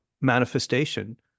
manifestation